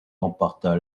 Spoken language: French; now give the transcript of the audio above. emporta